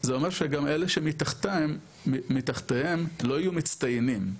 זה אומר שגם אתה שמתחתיהם לא יהיו מצטיינים,